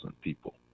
people